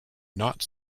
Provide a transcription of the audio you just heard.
not